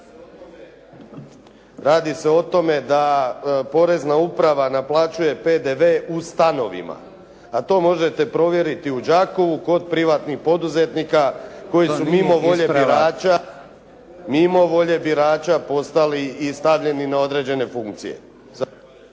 radi se o tome da porezna uprava naplaćuje PDV u stanovima, a to možete provjeriti u Đakovu kod privatnih poduzetnika koji su mimo volje birača, mimo volje birača postali i stavljeni na određene funkcije.